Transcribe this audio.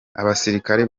abasirikare